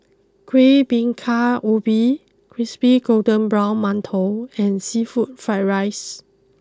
Kuih Bingka Ubi Crispy Golden Brown Mantou and Seafood Fried rices